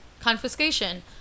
confiscation